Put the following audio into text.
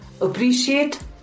appreciate